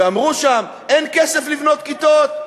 ואמרו שם: אין כסף לבנות כיתות.